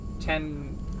ten